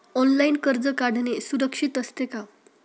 Online कर्ज काढणे सुरक्षित असते का?